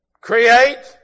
Create